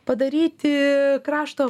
padaryti krašto